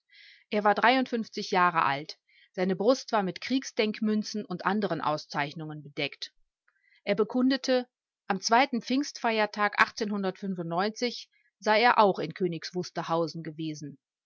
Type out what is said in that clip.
er war drei jahre alt seine brust war mit kriegsdenkmünzen und anderen auszeichnungen bedeckt er bekundete am pfingsttage sei er auch in königs wusterhausen gewesen